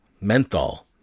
menthol